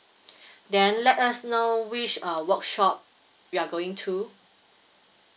then let us know which uh workshop you are going to